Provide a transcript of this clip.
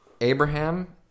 Abraham